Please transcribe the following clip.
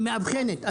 היא מאבחנת.